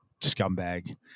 scumbag